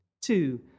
two